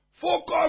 Focus